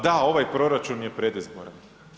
Da, ovaj proračun je predizboran.